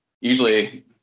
usually